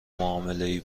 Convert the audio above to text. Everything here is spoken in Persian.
معاملهای